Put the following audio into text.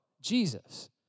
Jesus